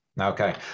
Okay